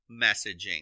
messaging